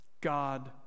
God